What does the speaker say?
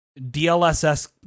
DLSS